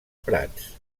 prats